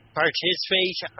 participate